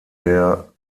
der